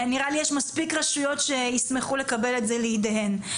נראה לי שיש מספיק רשויות שישמחו לקבל את זה לידיהן.